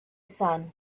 sun